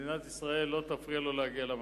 מדינת ישראל לא תפריע לו להגיע למקום.